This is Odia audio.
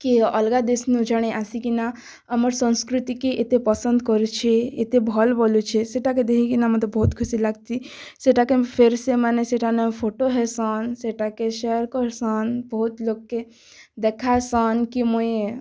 କି ଅଲଗା ଦେଶ୍ନୁ ଜଣେ ଆସିକିନା ଆମର୍ ସଂସ୍କୃତି କେ ଏତେ ପସନ୍ଦ କରୁଛେ ଏତେ ଭଲ୍ ବୋଲିଛେ ସେଟାକେ ଦେଖିକିନା ମୋତେ ବହୁତ୍ ଖୁସି ଲାଗ୍ଛି ସେଟାକେ ଫିର୍ସେ ମାନେ ସେଟାନୁ ଫଟୋ ହେଇସନ୍ ସେଟାକେ ସେୟାର କରସନ୍ ବହୁତ ଲୋଗକେ ଦେଖସନ୍ କି ମୁଇଁ